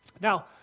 Now